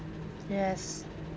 yes